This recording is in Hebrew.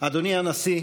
אדוני הנשיא,